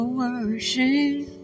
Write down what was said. worship